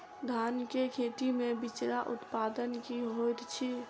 धान केँ खेती मे बिचरा उत्पादन की होइत छी?